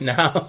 now